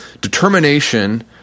determination